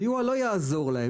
סיוע לא יעזור להם,